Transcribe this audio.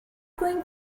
going